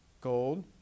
Gold